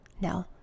No